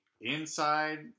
inside